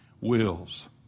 wills